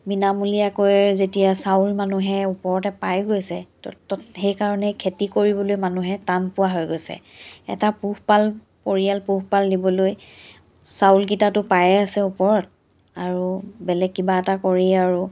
বিনামূলীয়াকৈ যেতিয়া চাউল মানুহে ওপৰতে পাই গৈছে তো সেইকাৰণেই খেতি কৰিবলৈ মানুহে টান পোৱা হৈ গৈছে এটা পোহপাল পৰিয়াল পোহপাল দিবলৈ চাউলকেইটাতো পায়ে আছে ওপৰত আৰু বেলেগ কিবা এটা কৰি আৰু